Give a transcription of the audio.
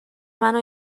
منو